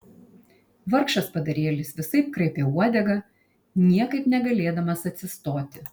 vargšas padarėlis visaip kraipė uodegą niekaip negalėdamas atsistoti